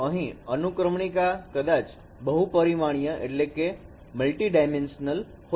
તો અહીં અનુક્રમણિકા કદાચ બહુપરીમાણીય હોઈ શકે છે